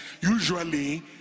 usually